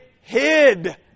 hid